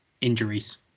injuries